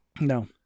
No